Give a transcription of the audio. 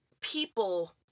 people